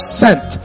sent